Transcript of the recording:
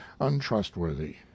untrustworthy